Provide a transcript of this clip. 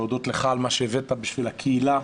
להודות לך על מה שהבאת בשביל הקהילה,